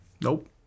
nope